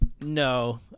No